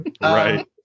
Right